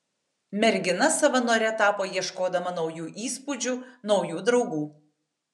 mergina savanore tapo ieškodama naujų įspūdžių naujų draugų